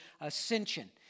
ascension